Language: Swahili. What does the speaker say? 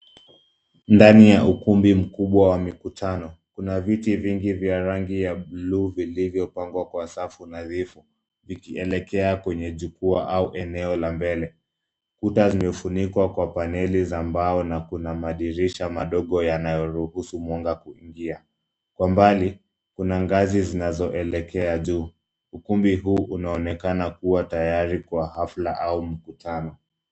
Ndani ya ukumbi mkubwa wa mkutano. Kuna viti vingi vya rangi ya buluu vilivopangwa kwa safu nadhifu vikielekea kwenye jukwaa au eneo la mbele. Kuta zimefunikuwa kwa paneli za mbao na kuna madirisha madogo yanayoruhusu mwanga kuingia. Kwa mbali kuna ngazi zinazoelekea juu ukumbi huu unaonekana kuwa tayari kwa hafla au mikutano.